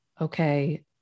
okay